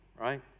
right